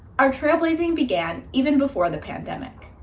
our trailblazing began even before the pandemic.